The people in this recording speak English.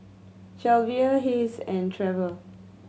Shelvia Hayes and Treva